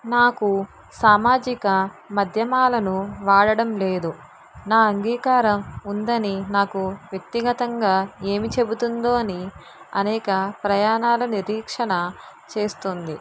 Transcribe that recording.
మాకు సామాజిక మాధ్యమాలను వాడడం లేదు నా అంగీకారం ఉందని నాకు వ్యక్తిగతంగా ఏమి చెబుతుందో అని అనేక ప్రయాణాల నిరీక్షణ చేస్తోంది